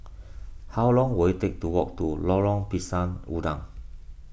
how long will it take to walk to Lorong Pisang Udang